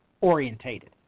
orientated